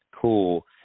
cool